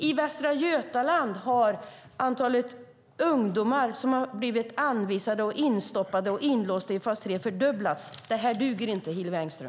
I Västra Götaland har antalet ungdomar som har blivit instoppade och inlåsta i fas 3 fördubblats. Detta duger inte, Hillevi Engström.